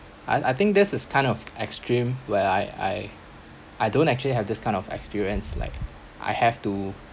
I I think this is kind of extreme where I I I don't actually have this kind of experience like I have to I